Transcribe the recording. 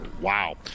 Wow